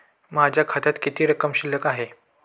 माझ्या खात्यात किती रक्कम शिल्लक आहे?